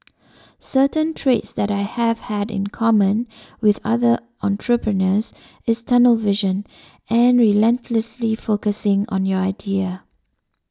certain traits that I have had in common with other entrepreneurs is tunnel vision and relentlessly focusing on your idea